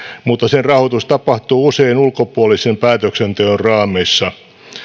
mutta sen rahoitus tapahtuu usein ulkopuolisen päätöksenteon raameissa